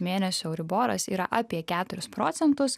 mėnesių euriboras yra apie keturis procentus